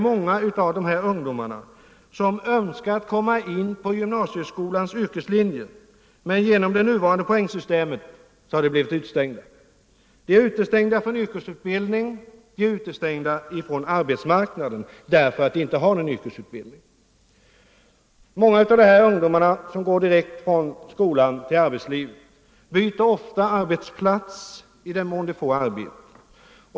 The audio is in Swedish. Många av dessa ungdomar önskar nämligen komma in i debatt gymnasieskolans yrkeslinjer, men genom det nuvarande poängsystemet har de blivit utestängda. De är utestängda från yrkesutbildning och de är utestängda från arbetsmarknaden därför att de inte har någon yrkesutbildning. Många av dessa ungdomar som går direkt från skolan till arbetslivet byter ofta arbetsplats — i den mån de får något arbete.